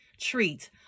treat